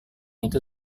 itu